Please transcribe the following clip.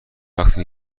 وقتی